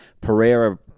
Pereira